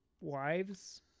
wives